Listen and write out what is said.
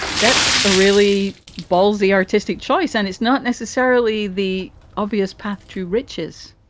that's a really ballsy artistic choice. and it's not necessarily the obvious path to riches